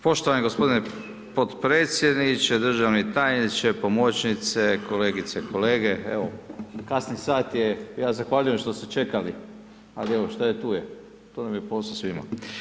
Poštovani gospodine potpredsjedniče, državni tajniče, pomoćnice, kolegice, kolege, evo, kasni sat je, ja zahvaljujem što ste čekali, ali evo, šta je tu je, to nam je posao svima.